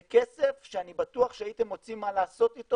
זה כסף שאני בטוח שהייתם מוצאים מה לעשות איתו,